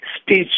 speech